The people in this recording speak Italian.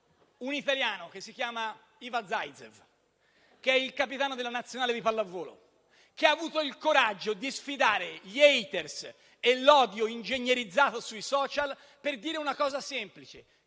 un italiano che si chiama Ivan Zaytsev, capitano della Nazionale di pallavolo, che ha avuto il coraggio di sfidare gli *haters* e l'odio ingegnerizzato sui *social* per dire una cosa semplice,